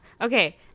okay